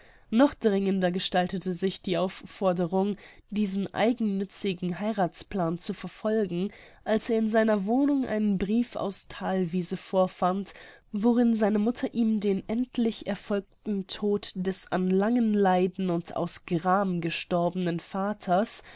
noch dringender gestaltete sich die aufforderung diesen eigennützigen heirathsplan zu verfolgen als er in seiner wohnung einen brief aus thalwiese vorfand worin seine mutter ihm den endlich erfolgten tod des an langen leiden und aus gram gestorbenen vaters